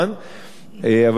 אבל יש הצטרפות,